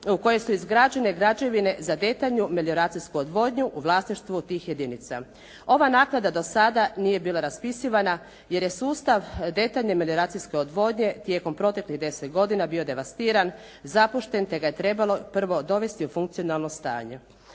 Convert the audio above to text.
u kojoj su izgrađene građevine za detaljnu melioracijsku odvodnju u vlasništvu tih jedinica. Ova naknada do sada nije bila raspisivana jer je sustav detaljne melioracijske odvodnje tijekom proteklih 10 godina bio devastiran, zapušten te ga je trebalo prvo dovesti u funkcionalno stanje.